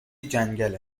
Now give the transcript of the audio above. جنگل